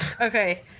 Okay